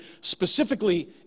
specifically